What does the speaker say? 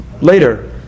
later